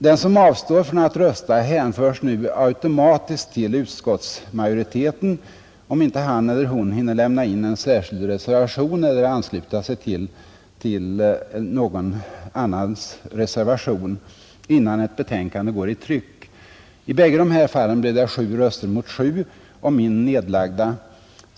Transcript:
Den som avstår från att rösta hänförs nu automatiskt till utskottsmajoriteten, om inte han eller hon hinner lämna in en särskild reservation eller ansluta sig till någon annans, innan ett betänkande går i tryck, I bägge de här fallen blev det sju röster mot sju och min nedlagda.